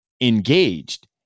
engaged